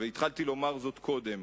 והתחלתי לומר זאת קודם,